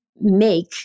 make